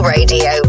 Radio